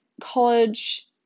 college